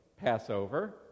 Passover